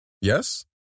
Yes